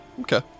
Okay